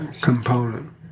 component